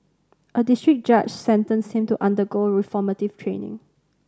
a district judge sentenced him to undergo reformative training